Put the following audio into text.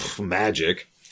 Magic